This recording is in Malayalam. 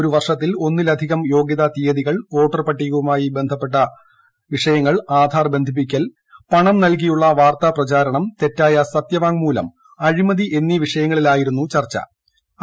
ഒരു വർഷത്തിൽ ഒന്നിലധികം യോഗ്യതാ തീയതികൾ വോട്ടർ പട്ടികയുമായി ആധാർ ബന്ധിപ്പിക്കൽ പണം നൽകിയുള്ള വാർത്താ പ്രചരണം തെറ്റായ സത്യവാങ്മൂലം അഴിമതി എന്നീ വിഷയങ്ങളിലായിരുന്നു ചർച്ചു